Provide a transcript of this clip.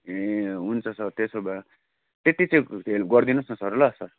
ए हुन्छ सर त्यसो भए त्यति चाहिँ हेल्प गरिदिनु होस् न ल सर ल